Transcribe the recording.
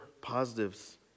positives